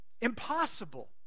Impossible